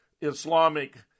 Islamic